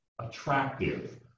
attractive